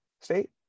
state